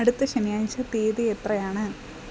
അടുത്ത ശനിയാഴ്ച തീയതി എത്രയാണ്